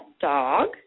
dog